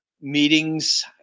meetings